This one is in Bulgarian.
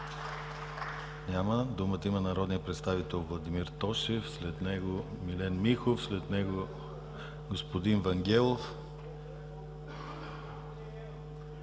Няма. Думата има народният представител Владимир Тошев. След него – Милен Михов, след него – господин Вангелов.